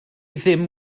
ddim